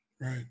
right